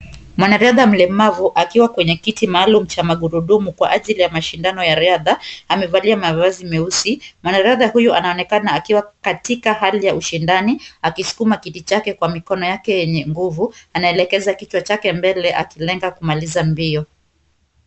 Mwanariadha mlemavu akiwa kwenye kiti maalumu cha magurudumu kwa ajili ya mashindano ya riadha amevalia mavazi meusi. Mwanariadha huyu anaonekana akiwa katika hali ya ushindani akisukuma kiti chake kwa mikono yake yenye nguvu. Anaelekeza kichwa chake mbele akilenga kumaliza mbio.